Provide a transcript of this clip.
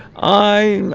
i